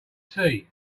tea